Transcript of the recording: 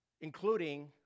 including